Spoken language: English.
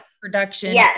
production